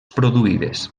produïdes